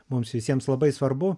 mums visiems labai svarbu